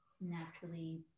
naturally